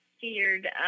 feared